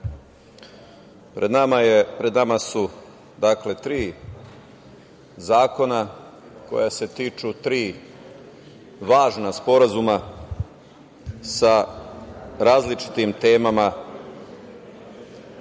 pred nama su dakle tri zakona koja se tiču tri važna sporazuma sa različitim temama